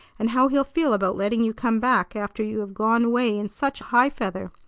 and how he'll feel about letting you come back after you have gone away in such high feather.